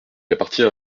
appartient